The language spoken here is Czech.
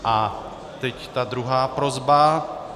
A teď ta druhá prosba.